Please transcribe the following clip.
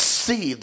see